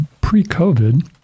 pre-COVID